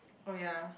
oh ya